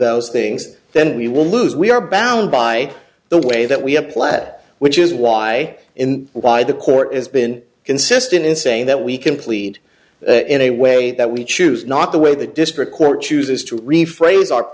those things then we will lose we are bound by the way that we have pled which is why and why the court has been consistent in saying that we can plead in a way that we choose not the way the district court chooses to rephrase